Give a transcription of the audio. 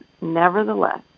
nevertheless